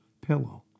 pillow